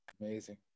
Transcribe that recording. Amazing